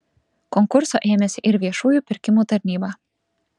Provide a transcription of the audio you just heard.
konkurso ėmėsi ir viešųjų pirkimų tarnyba